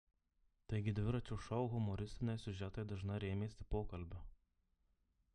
taigi dviračio šou humoristiniai siužetai dažnai rėmėsi pokalbiu